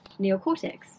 neocortex